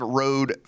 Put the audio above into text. road